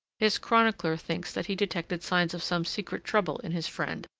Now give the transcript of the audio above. his chronicler thinks that he detected signs of some secret trouble in his friend,